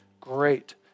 great